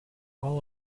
all